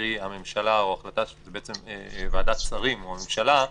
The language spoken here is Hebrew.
קרי ועדת שרים או הממשלה,